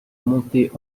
montée